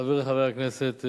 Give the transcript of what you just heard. חברי חברי הכנסת,